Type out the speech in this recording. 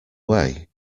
way